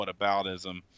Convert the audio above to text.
whataboutism